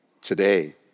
today